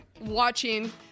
watching